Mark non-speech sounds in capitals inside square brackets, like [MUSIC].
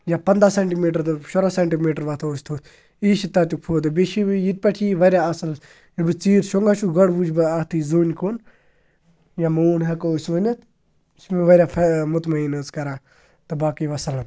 یا پنٛداہ سٮ۪نٹِمیٖٹر تہٕ شُراہ سٮ۪نٹِمیٖٹَر وَتھو أسۍ تھوٚد یہِ چھِ تَتُک فٲیدٕ بیٚیہِ چھِ یہِ ییٚتہِ پٮ۪ٹھ یی واریاہ اَصٕل ییٚلہِ بہٕ ژیٖرۍ شۄنٛگا چھُ گۄڈٕ وٕچھِ بہٕ اَتھٕے زوٗنہِ کُن یا موٗن ہٮ۪کو أسۍ ؤنِتھ یہِ چھِ مےٚ واریاہ [UNINTELLIGIBLE] مُطمعیٖن حظ کَران تہٕ باقٕے وَسَلام